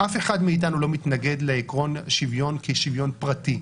לא מתנגד לעיקרון שוויון כשוויון פרטי.